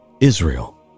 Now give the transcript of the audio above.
Israel